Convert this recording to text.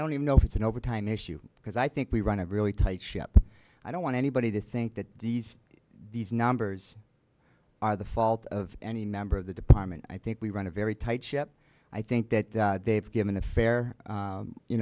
only know if it's an overtime issue because i think we run a really tight ship i don't want anybody to think that these these numbers are the fault of any member of the department i think we run a very tight ship i think that they've given a fair